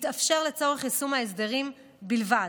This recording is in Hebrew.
תתאפשר לצורך יישום ההסדרים בלבד,